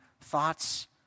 thoughts